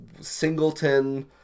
singleton